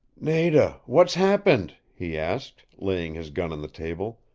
nada, what's happened? he asked, laying his gun on the table.